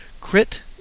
Crit